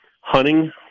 hunting